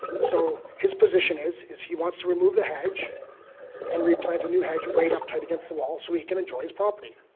so his position is is he wants to remove the hedge and replant a new hedge right up against the wall so he can enjoy his property.